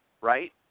right